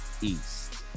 East